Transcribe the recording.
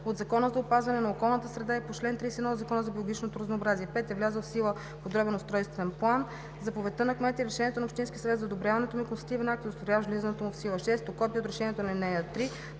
от Закона за опазване на околната среда и по чл. 31 от Закона за биологичното разнообразие; 5. влязъл в сила подробен устройствен план, заповедта на кмета или решението на общинския съвет за одобряването му и констативен акт, удостоверяващ влизането му в сила; 6. копие от решението по ал. 3